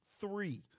Three